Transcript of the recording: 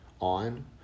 on